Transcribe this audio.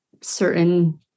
certain